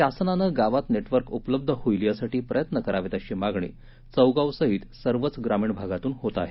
शासनानं गावात नेटवर्क उपलब्ध होईल यासाठी प्रयत्न करावेत अशी मागणी चौगावसहीत सर्वच ग्रामीण भागातून होत आहे